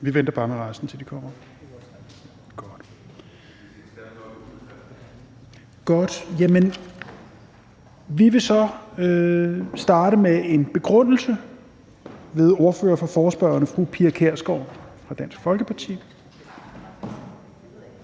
efter omstillingen. Vi vil så starte med en begrundelse ved ordføreren for forespørgerne, fru Pia Kjærsgaard fra Dansk Folkeparti.